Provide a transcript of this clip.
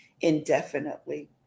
indefinitely